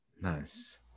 Nice